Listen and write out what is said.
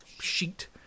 sheet